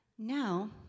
Now